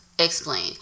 Explain